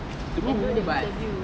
and do the interview